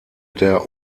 der